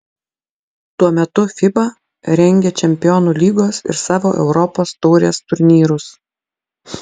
tuo metu fiba rengia čempionų lygos ir savo europos taurės turnyrus